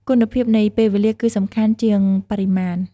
គុណភាពនៃពេលវេលាគឺសំខាន់ជាងបរិមាណ។